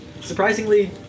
Surprisingly